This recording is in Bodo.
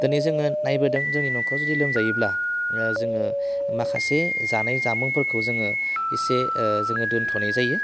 दिनै जोङो नायबोदों जोंनि न'खराव जुदि लोमजायोब्ला जोङो माखासे जानाय जामुंफोरखौ जोङो इसे जोङो दोन्थ'नाय जायो